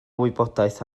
wybodaeth